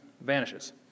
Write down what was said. vanishes